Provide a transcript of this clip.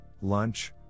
lunch